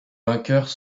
vainqueurs